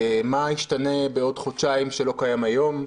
מה ישתנה בעוד חודשיים שלא קיים היום.